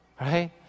Right